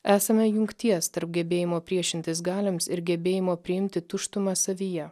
esame jungties tarp gebėjimo priešintis galioms ir gebėjimo priimti tuštumą savyje